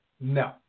No